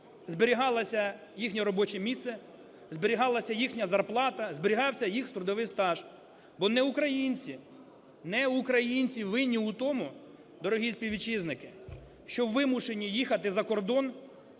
зберігалося їхнє робоче місце, зберігалася їхня зарплата, зберігався їх трудовий стаж. Бо не українці, не українці винні у тому, дорогі співвітчизники, що вимушені їхати за кордон